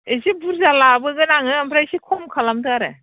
एसे बुरजा लाबोगोन आङो ओमफ्राय एसे खम खालामदो आरो